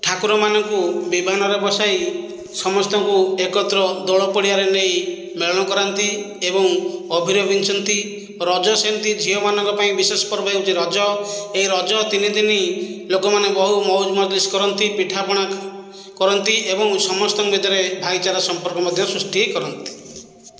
ଠାକୁରମାନଙ୍କୁ ବିମାନରେ ବସାଇ ସମସ୍ତଙ୍କୁ ଏକତ୍ର ଦୋଳ ପଡ଼ିଆରେ ନେଇ ମେଳଣ କରାନ୍ତି ଏବଂ ଅବିର ବିଞ୍ଚନ୍ତି ରଜ ସେମିତି ଝିଅମାନଙ୍କ ପାଇଁ ବିଶେଷ ପର୍ବ ହେଉଛି ରଜ ଏହି ରଜ ତିନିଦିନି ଲୋକମାନେ ବହୁ ମୌଜ ମଜଲିସ କରନ୍ତି ପିଠାପଣା କରନ୍ତି ଏବଂ ସମସ୍ତଙ୍କ ଭିତରେ ଭାଇଚାରା ସମ୍ପର୍କ ମଧ୍ୟ ସୃଷ୍ଟି କରନ୍ତି